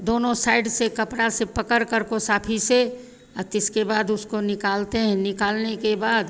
दोनों साइड से कपड़ा से पकड़कर को साफी से तो इसके बाद उसको निकालते हैं निकालने के बाद